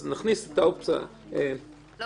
אז נכניס את האופציה, תמי.